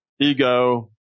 ego